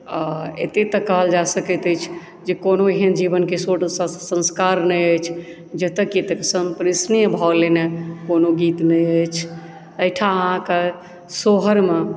आओर एतेक तऽ कहल जा सकैत अछि जे कोनो एहन जीवनके षोडस संस्कार नहि अछि जतय कि एतेक सम्प्रेषणीय भाव लेने कोनो गीत नहि अछि एहिठाम अहाँके सोहरमे